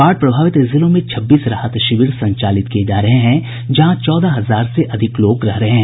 बाढ़ प्रभावित जिलों में छब्बीस राहत शिविर संचालित किये जा रहे हैं जहां चौदह हजार से अधिक लोग रह रहे हैं